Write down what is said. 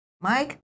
mike